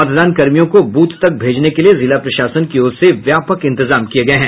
मतदान कर्मियों को बूथ तक भेजने के लिये जिला प्रशासन की ओर से व्यापक इंतजाम किये गये हैं